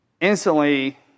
instantly